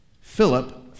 Philip